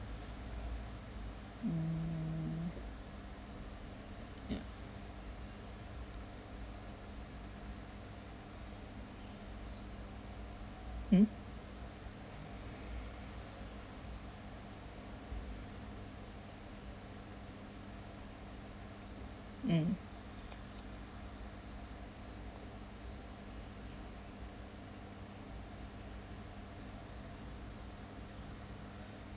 mm ya mm mm